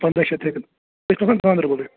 پنٛدہ شیتھ رۄپیہِ أسۍ گانٛدربلٕے